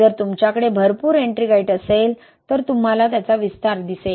जर तुमच्याकडे भरपूर एट्रिंगाइट असेल तर तुम्हाला विस्तार दिसेल